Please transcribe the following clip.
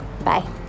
Bye